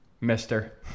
mister